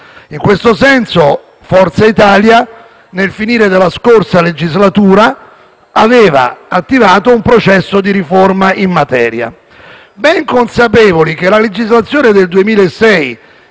In questo senso, Forza Italia, sul finire della scorsa legislatura, aveva attivato un processo di riforma in materia, ben consapevoli che la legislazione del 2006,